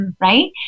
right